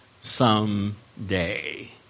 someday